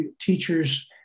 teachers